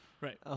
Right